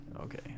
Okay